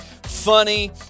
Funny